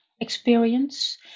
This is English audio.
experience